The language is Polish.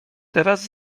teraz